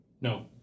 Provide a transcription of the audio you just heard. No